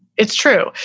it's true.